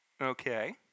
Okay